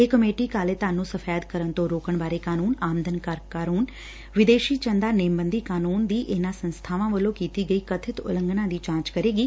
ਇਹ ਕਮੇਟੀ ਕਾਲੇ ਧਨ ਨੂੰ ਸਫ਼ੈਦ ਕਰਨ ਤੋਂ ਰੋਕਣ ਬਾਰੇ ਕਾਨੂੰਨ ਆਮਦਨ ਕਰ ਕਾਨੂੰਨ ਵਿਦੇਸ਼ੀ ਚੰਦਾ ਨੇਮਬੰਦੀ ਕਾਨੂੰਨ ਦੀ ਇਨੂਾ ਸੰਸਬਾਵਾ ਵੱਲੋ ਕੀਤੀ ਗਈ ਕਬਿਤ ਉਲੰਘਣਾ ਦੀ ਜਾਚ ਕਰੇਗੀ